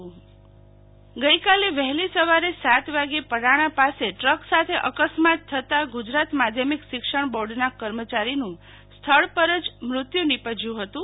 શીતલ વૈશ્નવ કર્મચારીનું મોત ગઈકાલે વહેલી સવારે સાત વાગ્યે પડાણા પાસે ટ્રક સાથે અકસ્માત થતા ગુજરાત માધ્યમિક શિક્ષણ બોર્ડના કર્મચારીનું સ્થળ પર મૃત્યુ નીપજયું હતું